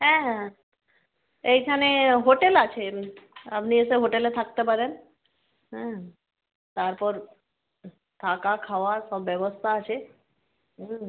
হ্যাঁ হ্যাঁ এইখানে হোটেল আছে আপনি এসে হোটেলে থাকতে পারেন হ্যাঁ তারপর থাকা খাওয়া সব ব্যবস্থা আছে হুম